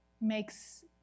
makes